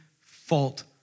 fault